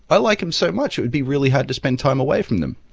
i like them so much it would be really hard to spend time away from them.